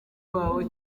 babo